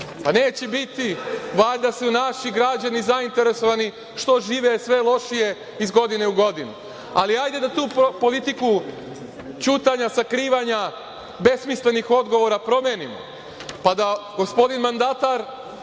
Pa, neće biti. Valjda su naši građani zainteresovani što žive sve lošije iz godine u godinu, ali ajde da tu politiku ćutanja, sakrivanja, besmislenih odgovora promenimo, pa da gospodin mandatar